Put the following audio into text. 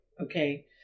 Okay